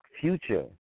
future